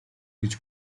гэж